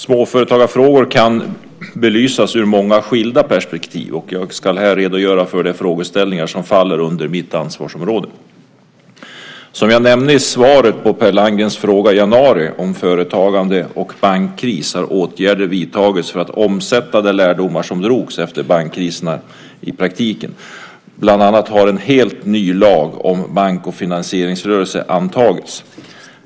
Småföretagarfrågor kan belysas ur många skilda perspektiv, och jag ska här redogöra för de frågeställningar som faller under mitt ansvarsområde. Som jag nämnde i svaret på Per Landgrens fråga i januari om företagande och bankkris har åtgärder vidtagits för att omsätta de lärdomar som drogs efter bankkrisen i praktiken; bland annat har en helt ny lag om bank och finansieringsrörelse antagits.